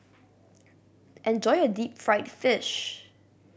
enjoy your deep fried fish